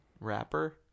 rapper